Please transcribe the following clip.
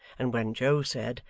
and when joe said,